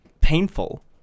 painful